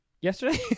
Yesterday